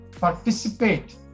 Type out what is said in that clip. participate